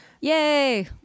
Yay